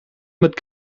mit